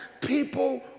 people